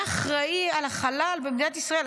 היה אחראי לחלל במדינת ישראל.